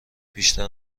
بیشتر